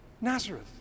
Nazareth